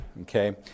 okay